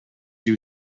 you